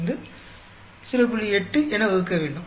8 என வகுக்கவேண்டும்